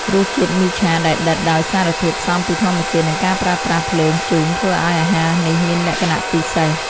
រសជាតិមីឆាដែលដិតដោយសារធាតុផ្សំពីធម្មជាតិនិងការប្រើប្រាស់ភ្លើងធ្យូងធ្វើឱ្យអាហារនេះមានលក្ខណៈពិសេស។